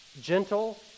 gentle